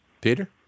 Peter